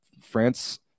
France